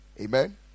Amen